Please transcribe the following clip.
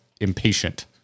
impatient